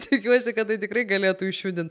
tikiuosi kad tai tikrai galėtų išjudint